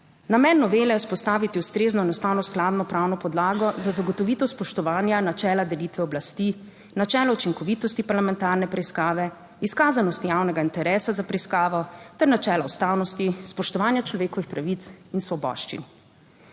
Namen novele je vzpostaviti ustrezno in ustavno skladno pravno podlago za zagotovitev spoštovanja načela delitve oblasti, načelo učinkovitosti parlamentarne preiskave, izkazanosti javnega interesa za preiskavo, ter načelo ustavnosti spoštovanja človekovih pravic in svoboščin.